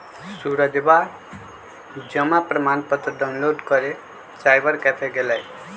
सूरजवा जमा प्रमाण पत्र डाउनलोड करे साइबर कैफे गैलय